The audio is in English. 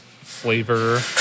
flavor